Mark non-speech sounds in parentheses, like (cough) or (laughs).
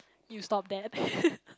you stop that (laughs)